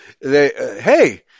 hey